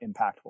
impactful